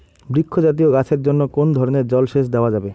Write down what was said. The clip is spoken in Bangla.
বৃক্ষ জাতীয় গাছের জন্য কোন ধরণের জল সেচ দেওয়া যাবে?